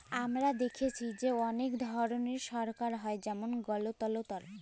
আমরা দ্যাখেচি যে অলেক ধরলের সরকার হ্যয় যেমল গলতলতর